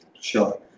Sure